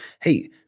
hey